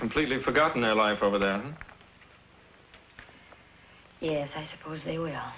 completely forgotten their life over then yes i suppose they will